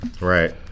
Right